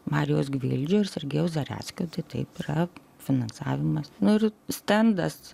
marijaus gvildžio ir sergejaus zareckio taip yra finansavimas nu ir stendas